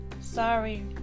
Sorry